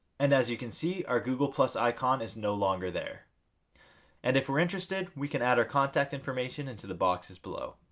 and as you can see our google icon is no longer there and if we're interested we can add our contact information into the boxes below.